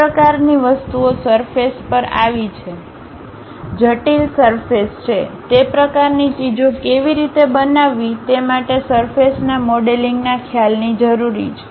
આ પ્રકારની વસ્તુઓ સરફેસ પર આવી છે જટિલ સરફેસ છે તે પ્રકારની ચીજો કેવી રીતે બનાવવી તે માટે સરફેસના મોડલિંગના ખ્યાલની જરૂર છે